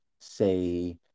say